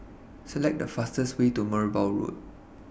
Select The fastest Way to Merbau Road